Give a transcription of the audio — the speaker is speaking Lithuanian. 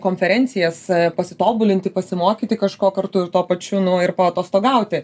konferencijas pasitobulinti pasimokyti kažko kartu ir tuo pačiu nu ir paatostogauti